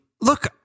look